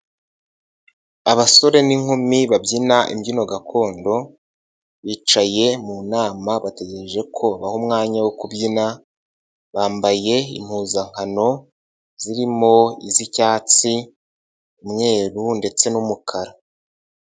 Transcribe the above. Abasore n'inkumi babyina imbyino gakondo bicaye mu nama bategereje ko babaha umwanya wo kubyina, bambaye impuzankano zirimo iz'icyatsi, umweru ndetse n'umukara.